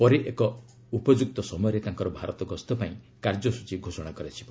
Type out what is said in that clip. ପରେ ଏକ ଉପଯୁକ୍ତ ସମୟରେ ତାଙ୍କର ଭାରତ ଗସ୍ତ ପାଇଁ କାର୍ଯ୍ୟସ୍ଟଚୀ ଘୋଷଣା କରାଯିବ